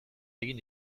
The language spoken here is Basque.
egin